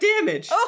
damage